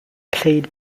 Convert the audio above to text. played